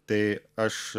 tai aš